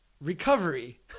Recovery